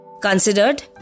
considered